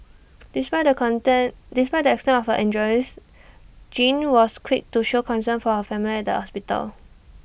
despite the content despite the extent of her injures Jean was quick to show concern for her family at the hospital